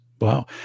Wow